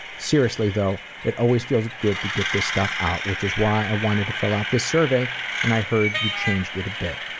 seriously, though, it always feels good to get this stuff out. which is why i wanted to fill out this survey when i'd heard you'd changed it a bit.